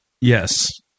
Yes